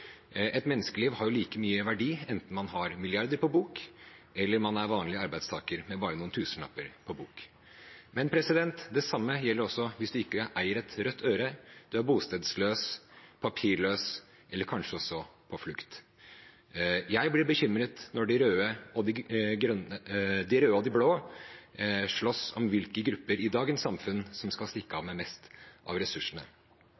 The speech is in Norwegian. Et menneskeliv har like mye verdi enten man har milliarder på bok, eller man er en vanlig arbeidstaker med bare noen tusenlapper på bok. Men det samme gjelder også hvis man ikke eier et rødt øre, er bostedsløs, papirløs eller kanskje også er på flukt. Jeg blir bekymret når de røde og de blå slåss om hvilke grupper i dagens samfunn som skal stikke av med mest av ressursene.